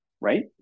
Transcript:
right